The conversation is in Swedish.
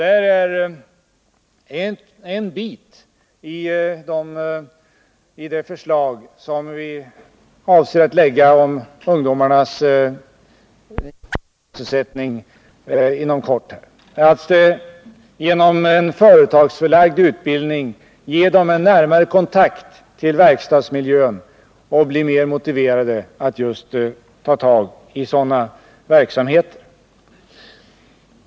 Det är en bit i det förslag om ungdomarnas utbildning och sysselsättning som vi avser att lägga fram inom kort, att genom en företagsförlagd utbildning ge dem en närmare kontakt med verkstadsmiljön så att de blir mer motiverade att söka sig till den arbetsmarknaden.